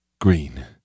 green